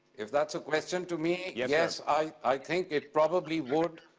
if that's a question to me, yes i think it probably would.